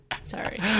Sorry